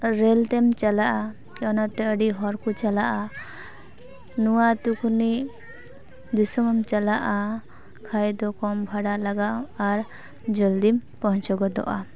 rail ᱛᱮᱢ ᱪᱟᱞᱟᱜᱼᱟ ᱚᱱᱟᱛᱮ ᱟᱹᱰᱤ ᱦᱚᱲ ᱠᱚ ᱪᱟᱞᱟᱜᱼᱟ ᱱᱚᱣᱟ ᱟᱛᱳ ᱠᱷᱚᱱᱤᱡ ᱫᱤᱥᱚᱢ ᱮᱢ ᱪᱟᱞᱟᱜᱼᱟ ᱠᱷᱟᱡ ᱫᱚ ᱠᱚᱢ ᱵᱷᱟᱲᱟ ᱞᱟᱜᱟᱜᱼᱟ ᱟᱨ ᱡᱚᱞᱫᱤᱢ ᱯᱳᱣᱪᱷᱳᱣ ᱜᱚᱫᱚᱜᱼᱟ